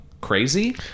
crazy